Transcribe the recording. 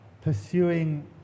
pursuing